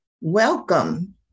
welcome